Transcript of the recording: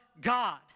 God